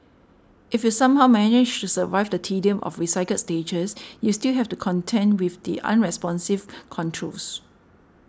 if you somehow manage to survive the tedium of recycled stages you still have to contend with the unresponsive controls